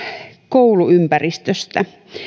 kouluympäristöstä